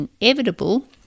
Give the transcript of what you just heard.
inevitable